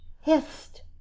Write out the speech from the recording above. Hist